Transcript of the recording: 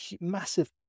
massive